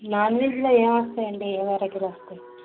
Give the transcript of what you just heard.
non వెజ్లో ఏమొస్తాయండి ఏం వెరైటీలు వస్తాయి